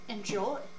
Enjoy